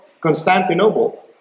Constantinople